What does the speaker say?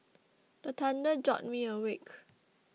the thunder jolt me awake